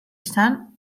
izan